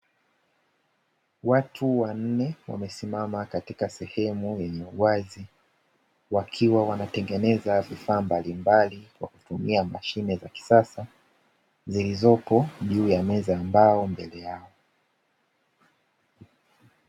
Watu wanne wamesimama katika sehemu iliyo wazi, wakiwa wanatengeneza vifaa mbalimbali kwa kutumia mashine za kisasa zilizopo juu ya meza ya mbao mbele yao.